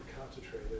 concentrated